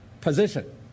position